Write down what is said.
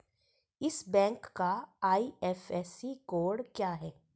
इस बैंक का IFSC code क्या है?